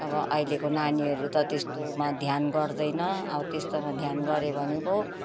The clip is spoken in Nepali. अब अहिलेको नानीहरू त त्यस्तोमा ध्यान गर्दैन अब त्यस्तोमा ध्यान गरे भने पो